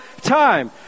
time